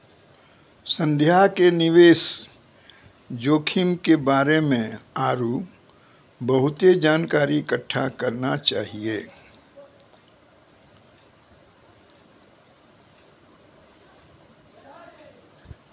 संध्या के निवेश जोखिम के बारे मे आरु बहुते जानकारी इकट्ठा करना चाहियो